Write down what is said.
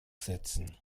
setzen